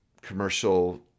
commercial